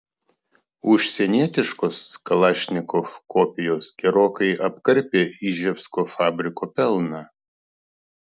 užsienietiškos kalašnikov kopijos gerokai apkarpė iževsko fabriko pelną